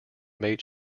made